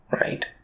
right